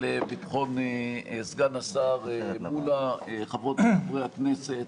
פטין מולא, חברות וחברי הכנסת.